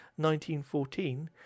1914